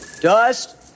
Dust